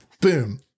Boom